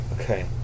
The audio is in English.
Okay